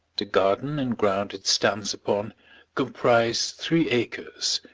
the garden and ground it stands upon comprise three acres,